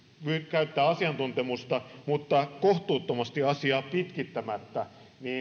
käyttämään asiantuntemusta mutta kohtuuttomasti asiaa pitkittämättä